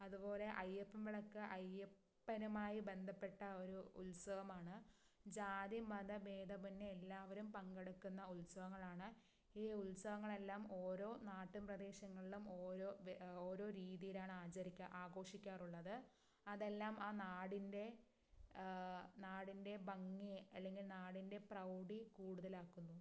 അതുപോലെ അയ്യപ്പൻ വിളക്ക് അയ്യപ്പനുമായി ബന്ധപ്പെട്ട ഒരു ഉത്സവമാണ് ജാതിമതഭേതമന്യേ എല്ലാവരും പങ്കെടുക്കുന്ന ഉത്സവങ്ങളാണ് ഈ ഉത്സവങ്ങളെല്ലാം ഓരോ നാട്ടിൻ പ്രദേശങ്ങളിലും ഓരോ ഓരോ രീതിയിലാണ് ആചരിക്കുക ആഘോഷിക്കാറുള്ളത് അതെല്ലാം ആ നാടിൻ്റെ നാടിൻ്റെ ഭംഗി അല്ലെങ്കിൽ നാടിൻ്റെ പ്രൗഢി കൂടുതലാക്കുന്നു